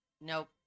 Nope